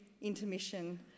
intermission